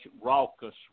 raucous